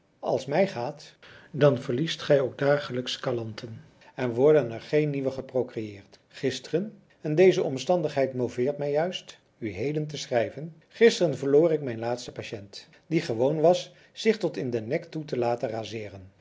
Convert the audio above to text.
als mij gaat dan verliest gij ook dagelijks kalanten en worden er geen nieuwe geprocreëerd gisteren en deze omstandigheid moveert mij juist u heden te schrijven gisteren verloor ik mijn laatste patiënt die gewoon was zich tot in den nek toe te laten razeeren